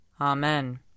Amen